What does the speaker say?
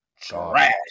trash